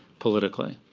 politically,